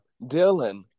Dylan